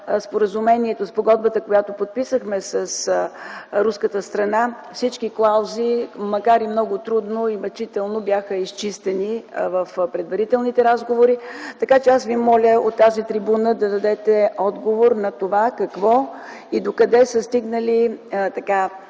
Аз мисля, че в спогодбата, която подписахме с руската страна, всички клаузи, макар и много трудно и мъчително, бяха изчистени в предварителните разговори. Така, че аз Ви моля от тази трибуна да дадете отговор на това какво и докъде са стигнали